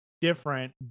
different